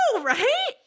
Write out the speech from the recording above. right